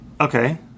Okay